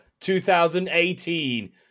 2018